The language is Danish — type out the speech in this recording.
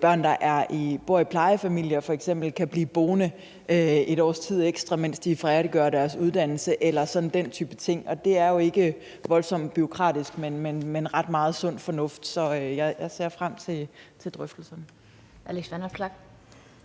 børn, der bor i plejefamilier, kan blive boende et års tid ekstra, mens de færdiggør deres uddannelse eller den type ting, og det er jo ikke voldsomt bureaukratisk, men i høj grad sund fornuft. Så jeg ser frem til drøftelserne. Kl. 18:47 Den